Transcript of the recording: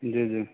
جی جی